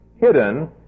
hidden